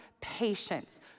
patience